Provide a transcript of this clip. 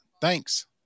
Thanks